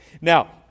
Now